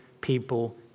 people